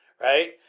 right